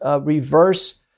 reverse